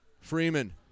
Freeman